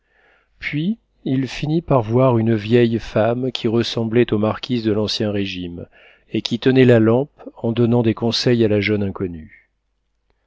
puis il finit par voir une vieille femme qui ressemblait aux marquises de l'ancien régime et qui tenait la lampe en donnant des conseils à la jeune inconnue